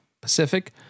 Pacific